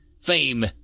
Fame